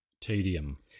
tedium